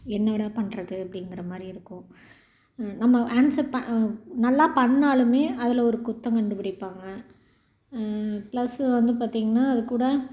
என்னடா பண்ணுறது அப்படிங்குற மாதிரி இருக்கும் நம்ம ஆன்சர் ப நல்லா பண்ணிணாலுமே அதில் ஒரு குற்றம் கண்டுப்பிடிப்பாங்க ப்ளஸ்ஸு வந்து பார்த்திங்கன்னா அதுகூட